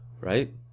Right